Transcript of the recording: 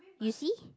you see